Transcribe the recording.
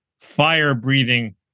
fire-breathing